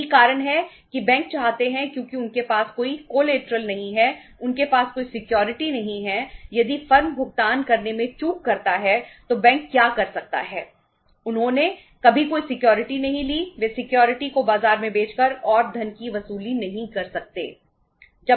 यही कारण है कि बैंक चाहते हैं क्योंकि उनके पास कोई कॉलेटरल को बाजार में बेचकर और धन की वसूली नहीं कर सकते